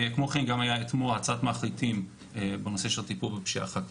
כמו כן גם הייתה את מועצת מחליטים בנושא של טיפול בפשיעה חקלאית.